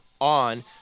on